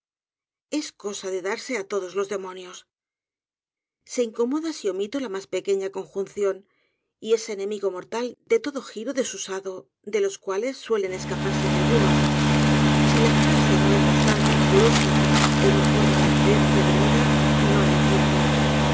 es cosa de darse á todos los demonios se incpmoda si omito la mas pequeña cpnjuncipo y es enemigo mortal de todo giro desusado dejos cuales suelen escapárseme algunos si la frase no es bastante a m pu o sa ó np forma la cadencia de moda no la entiende